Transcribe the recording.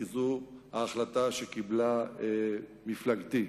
כי זו ההחלטה שקיבלה מפלגתי.